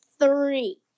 three